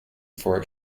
for